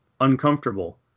uncomfortable